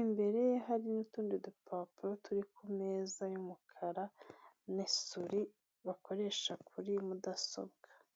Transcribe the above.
imbere ye hari n'utundi dupapuro turi ku meza y'umukara, n'isuri bakoresha kuri mudasobwa.